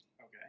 Okay